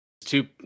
two